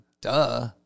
Duh